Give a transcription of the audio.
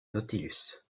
nautilus